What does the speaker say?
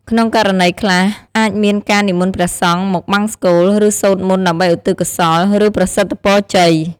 ក្នុងករណីខ្លះ អាចមានការនិមន្តព្រះសង្ឃមកបង្សុកូល ឬសូត្រមន្តដើម្បីឧទ្ទិសកុសល ឬប្រសិទ្ធពរជ័យ។